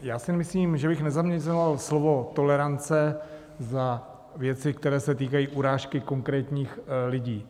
Já si myslím, že bych nezaměňoval slovo tolerance za věci, které se týkají urážky konkrétních lidí.